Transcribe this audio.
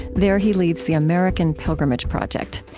there he leads the american pilgrimage project.